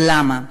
ולמה?